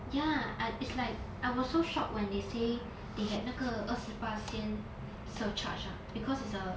ya I it's like I was so shocked when they say they had 那个二十八仙 surcharge ah because it's a